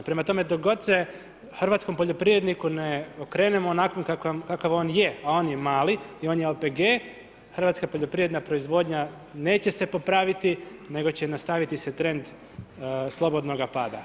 Prema tome, dok god se hrvatskom poljoprivredniku ne okrenemo kakav on je, a on je mali i on je OPG hrvatska poljoprivredna proizvodnja neće se popraviti nego će se nastaviti trend slobodnoga pada.